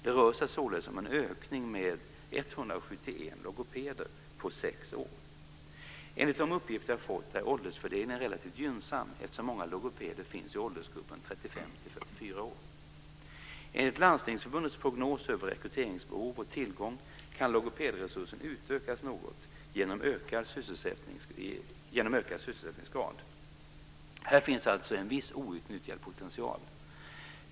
Det rör sig således om en ökning med 171 logopeder på sex år. Enligt de uppgifter jag fått är åldersfördelningen relativt gynnsam eftersom många logopeder finns i åldersgrupperna 35-44 år. Enligt Landstingsförbundets prognos över rekryteringsbehov och tillgång kan logopedresursen utökas något genom ökad sysselsättningsgrad. Här finns alltså en viss outnyttjad potential.